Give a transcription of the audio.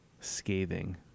Scathing